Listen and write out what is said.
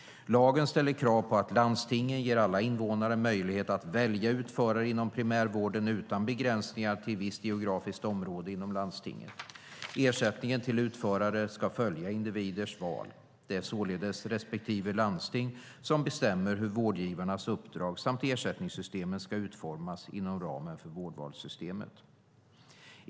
Lagen ställer krav på att landstingen ger alla invånare möjligheter att välja utförare inom primärvården utan begränsningar till visst geografiskt område inom landstinget. Ersättningen till utförare ska följa individers val. Det är således respektive landsting som bestämmer hur vårdgivarnas uppdrag samt ersättningssystemen ska utformas inom ramen för vårdvalssystemet.